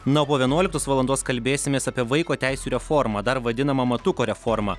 na o po vienuoliktos valandos kalbėsimės apie vaiko teisių reformą dar vadinama matuko reforma